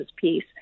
piece